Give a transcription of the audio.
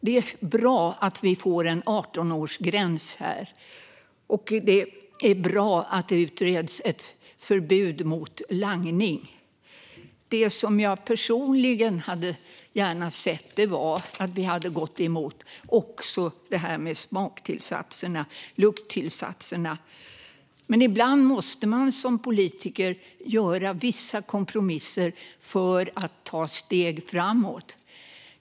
Det är bra att vi får en 18-årsgräns här. Det är bra att ett förbud mot langning utreds. Det jag personligen gärna hade sett var att vi också hade gått emot detta med smak och lukttillsatser, men ibland måste man som politiker göra vissa kompromisser för att ta steg framåt.